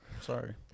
Sorry